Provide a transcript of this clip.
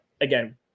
again